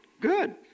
Good